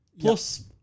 plus